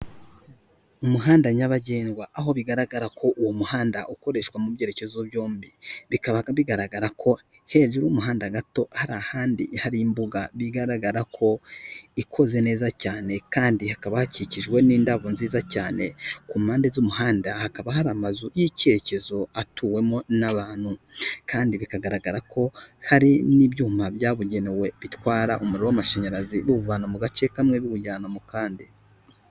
Umuhanda nyabagendwa. aho bigaragara ko uwo muhanda ukoreshwa mu byerekezo byombi. Bikabaka bigaragara ko hejuru y'umuhanda gato hari ahandi hari imbuga, bigaragara ko ikoze neza cyane kandi hakaba hakikijwe n'indabo nziza cyane. Ku mpande z'umuhanda hakaba hari amazu y'icyerekezo atuwemo n'abantu kandi bikagaragara ko hari n'ibyuma byabugenewe bitwara umuriro w'amashanyarazi biwuvana mu gace kamwe biwujyana mu kandi.